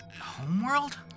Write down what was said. homeworld